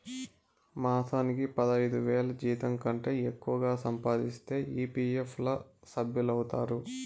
మాసానికి పదైదువేల జీతంకంటే ఎక్కువగా సంపాదిస్తే ఈ.పీ.ఎఫ్ ల సభ్యులౌతారు